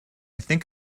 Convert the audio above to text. think